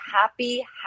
happy